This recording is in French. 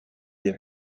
des